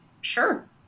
sure